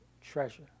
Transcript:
treasure